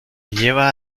lleva